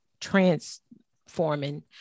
transforming